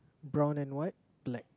brown and white black